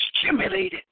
stimulated